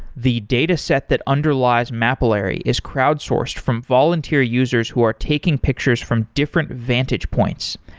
the dataset that underlies mapillary is crowd-sourced from volunteer users who are taking pictures from different vantage points.